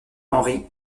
henry